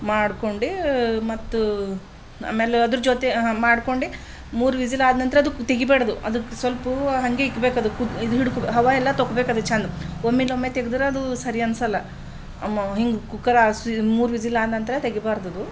ಮಾಡ್ಕೊಂಡು ಮತ್ತು ಆಮೇಲೆ ಅದರ ಜೊತೆ ಮಾಡ್ಕೊಂಡು ಮೂರು ವಿಸಿಲ್ ಆದ ನಂತರ ಅದು ತೆಗಿಬಾಡ್ದು ಅದಕ್ಕೆ ಸ್ವಲ್ಪ ಹಾಗೆ ಇಕ್ಬೇಕದು ಇದು ಹಿಡ್ಕ ಹವಾ ಎಲ್ಲ ತೊಕೊಬೇಕದು ಚಂದ ಒಮ್ಮಿದೊಮ್ಮೆ ತೆಗ್ದ್ರೆ ಅದು ಸರಿ ಅನ್ಸಲ್ಲ ಹಿಂಗೆ ಕುಕ್ಕರ್ ಆರಿಸಿ ಮೂರು ವಿಸಿಲ್ ಆದ ನಂತರ ತೆಗಿಬಾರ್ದದು